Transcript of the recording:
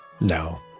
No